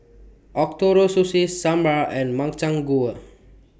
Ootoro Sushi Sambar and Makchang Gui